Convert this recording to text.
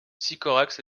sycorax